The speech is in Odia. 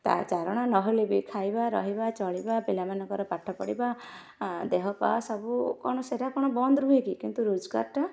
ତା' ଚାରଣା ନହେଲେ ବି ଖାଇବା ରହିବା ଚଳିବା ପିଲାମାନଙ୍କର ପାଠ ପଢ଼ିବା ଦେହ ପା ସବୁ କ'ଣ ସେରା କ'ଣ ବନ୍ଦ ରୁହେ କି କିନ୍ତୁ ରୋଜଗାରଟା